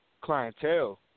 Clientele